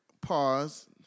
pause